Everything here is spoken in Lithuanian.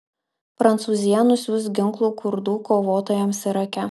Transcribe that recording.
prancūzija nusiųs ginklų kurdų kovotojams irake